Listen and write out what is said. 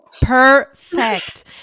perfect